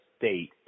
state